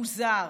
מוזר.